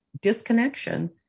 disconnection